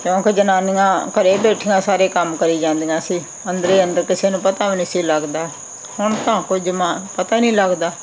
ਕਿਉਂਕਿ ਜਨਾਨੀਆਂ ਘਰ ਬੈਠੀਆਂ ਸਾਰੇ ਕੰਮ ਕਰੀ ਜਾਂਦੀਆਂ ਸੀ ਅੰਦਰ ਹੀ ਅੰਦਰ ਕਿਸੇ ਨੂੰ ਪਤਾ ਵੀ ਨਹੀਂ ਸੀ ਲੱਗਦਾ ਹੁਣ ਤਾਂ ਕੋਈ ਜ ਮਾ ਪਤਾ ਨਹੀਂ ਲੱਗਦਾ